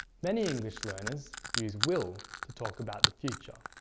many english learners use will to talk about the future,